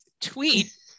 tweet